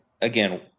again